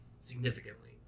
significantly